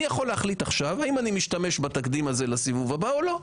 אני יכול להחליט עכשיו האם אני משתמש בתקדים הזה לסיבוב הבא או לא.